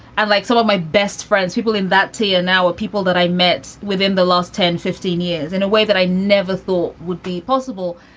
and like some of my best friends, people in that tier now are people that i met within the last ten, fifteen years in a way that i never thought would be possible.